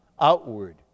outward